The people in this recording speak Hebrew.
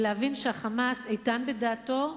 ולהבין שה"חמאס" איתן בדעתו,